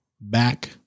back